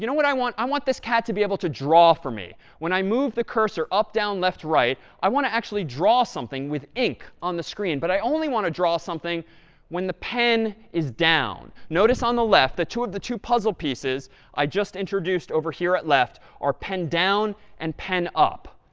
you know what i want? i want this cat to be able to draw for me. when i move the cursor up, down, left, right, i want to actually draw something with ink on the screen. but i only want to draw something when the pen is down. notice on the left that two of the two puzzle pieces i just introduced over here at left are pen down and pen up.